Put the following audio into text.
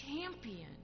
champion